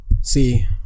See